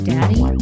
Daddy